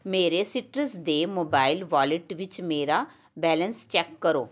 ਮੇਰੇ ਸੀਟਰਸ ਦੇ mobile wallet ਵਿੱਚ ਮੇਰਾ ਬੈਲੇਂਸ ਚੈੱਕ ਕਰੋ